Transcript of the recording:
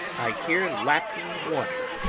i hear lapping water,